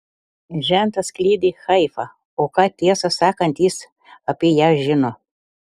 žentas kliedi haifa o ką tiesą sakant jis apie ją žino